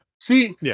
See